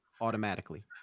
automatically